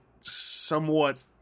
somewhat